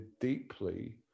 deeply